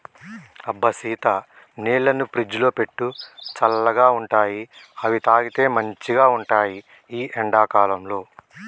అబ్బ సీత నీళ్లను ఫ్రిజ్లో పెట్టు చల్లగా ఉంటాయిఅవి తాగితే మంచిగ ఉంటాయి ఈ ఎండా కాలంలో